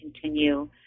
continue